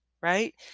right